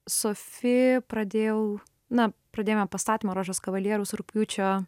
sofi pradėjau na pradėjome pastatymą rožės kavalieriaus rugpjūčio